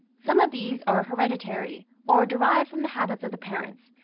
some of these are hereditary, or derived from the habits of the parents,